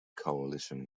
coalition